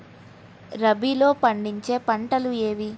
రబీలో పండించే పంటలు ఏవి?